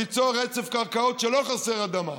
ליצור רצף קרקעות כשלא חסרה אדמה,